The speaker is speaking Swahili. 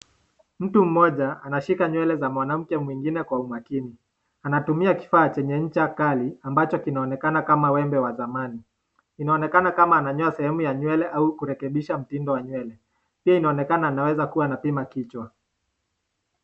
Mtu mmoja anashika nywele za mwanamke mwingine kwa umakini, anatumia kifaa chenye ncha kali ambacho kinaonekana kama wembe wa zamani, inaonekana kama ananyoa sehemu ya nywele au kurekebisha mtindo wa nywele hii inaonekana anaweza kuwa anapima kichwa.